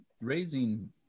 raising